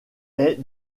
était